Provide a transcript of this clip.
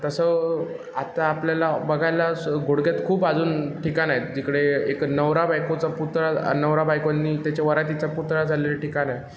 तसं आता आपल्याला बघायला स घोडक्यात खूप अजून ठिकाणं आहेत जिकडे एक नवरा बायकोचा पुतळा नवरा बायकोंनी त्याच्या वरातीचा पुतळा जाळलेला ठिकाण आहे